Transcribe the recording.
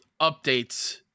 updates